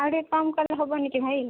ଆଉ ଟିକିଏ କମ କଲେ ହେବନିକି ଭାଇ